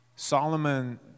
Solomon